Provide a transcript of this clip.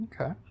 Okay